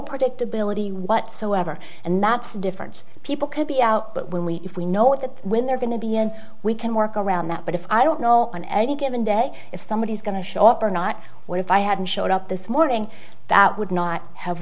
predictability whatsoever and that's different people could be out but when we if we know that when they're going to be in we can work around that but if i don't know on any given day if somebody is going to show up or not what if i hadn't showed up this morning that would not have